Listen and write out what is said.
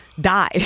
die